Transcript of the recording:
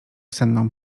senną